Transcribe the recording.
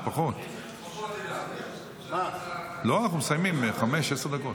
חמש, עשר דקות.